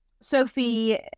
Sophie